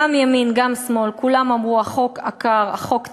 גם ימין, גם שמאל, כולם אמרו: החוק עקר, החוק תפל,